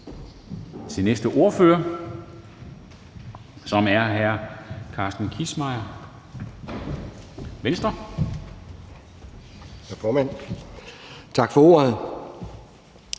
til næste ordfører, som er hr. Carsten Kissmeyer, Venstre. Kl.